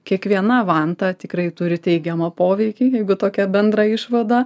kiekviena vanta tikrai turi teigiamą poveikį jeigu tokia bendra išvada